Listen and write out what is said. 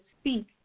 speak